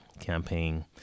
campaign